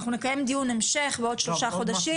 אנחנו נקיים דיון המשך בעוד שלושה חודשים,